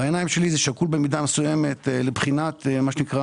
בעיניים שלי זה שקול במידה מסוימת לבחינת מה שנקרא